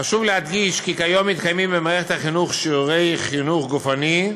חשוב להדגיש כי כיום מתקיימים במערכת החינוך שיעורי חינוך גופני,